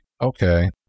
Okay